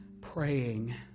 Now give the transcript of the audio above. praying